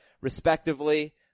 respectively